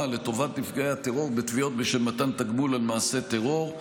לטובת נפגעי הטרור בתביעות בשל מתן תגמול על מעשי טרור,